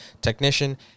technician